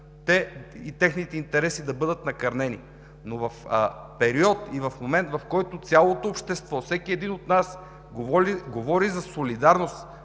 техните интереси да бъдат накърнени, но в период, в момент, в който цялото общество, всеки един от нас говори за солидарност,